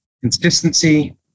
consistency